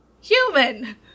Human